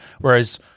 Whereas